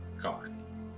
gone